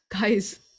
guys